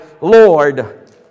Lord